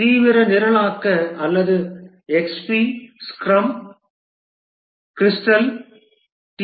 தீவிர நிரலாக்க அல்லது எக்ஸ்பி ஸ்க்ரம் கிரிஸ்டல் டி